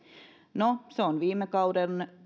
no se on viime kauden